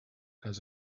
has